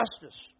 justice